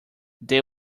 they